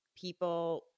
people